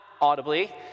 audibly